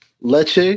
leche